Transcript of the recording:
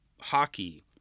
hockey